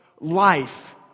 life